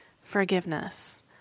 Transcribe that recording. forgiveness